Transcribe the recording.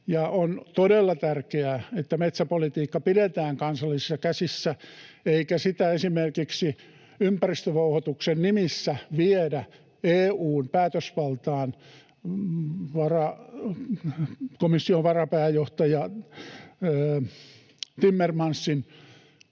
On todella tärkeää, että metsäpolitiikka pidetään kansallisissa käsissä eikä sitä esimerkiksi ympäristövouhotuksen nimissä viedä EU:n päätösvaltaan, komission varapääjohtaja Timmermansin